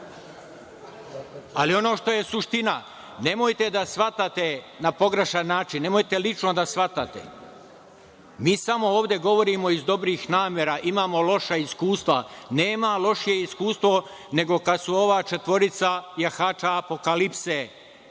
Ono što je suština, nemojte da shvatate na pogrešan način, nemojte lično da shvatate, mi samo ovde govorimo iz dobrih namera, imamo loša iskustva. Nema lošije iskustvo nego kada su ova četvorica jahača apokalipse